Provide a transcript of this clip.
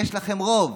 יש לכם רוב.